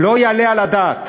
לא יעלה על הדעת.